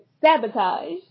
sabotage